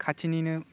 खाथिनिनो